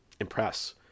impress